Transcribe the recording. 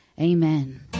amen